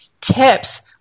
tips